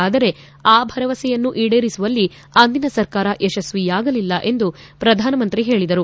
ಆದರೆ ಆ ಭರವಸೆಯನ್ನು ಈಡೇರಿಸುವಲ್ಲಿ ಅಂದಿನ ಸರ್ಕಾರ ಯಶಸ್ವಿಯಾಗಲಿಲ್ಲ ಎಂದು ಪ್ರಧಾನಮಂತ್ರಿ ಹೇಳಿದರು